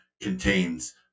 contains